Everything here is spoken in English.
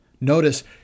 Notice